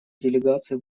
делегации